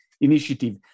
initiative